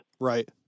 Right